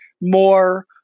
more